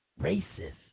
racist